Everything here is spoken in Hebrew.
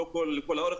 לא כל האורך.